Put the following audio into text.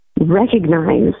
recognize